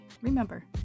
Remember